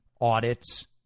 audits